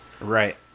Right